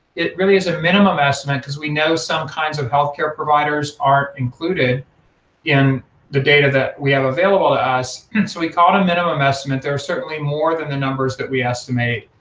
it really is a minimum estimate, cause we know some kinds of healthcare providers aren't included in the data that we have available to us, and so we call it a minimum estimate. they are certainly more than the numbers that we estimate.